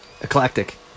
eclectic